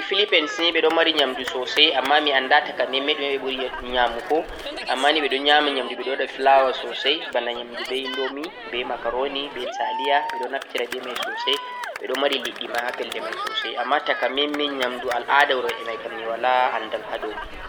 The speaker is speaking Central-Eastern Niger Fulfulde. leddi Philippines ni ɓe ɗo mari nyaamndu soosay ammaa mi annda taka memme ɗume on ɓe ɓuri nyaamugo. ammaa ni ɓe ɗo nyaama nyaamndu, ɓe ɗo waɗa flour soosay, bana nyaamndu ɓe indomie, be macaroni, be taliya ɓe naftira be may soosay, ɓe ɗo mari liɗɗi ma ha pelle may soosay, ammaa takamemme nyaamndu wuro may kam mi walaa anndal ha dow ma.